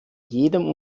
jedem